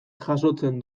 jasotzen